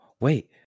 wait